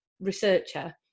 researcher